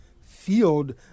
field